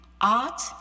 art